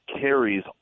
carries